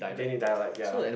didn't he die like ya